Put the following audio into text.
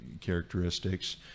characteristics